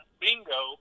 bingo